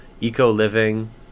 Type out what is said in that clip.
eco-living